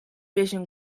vision